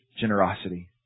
generosity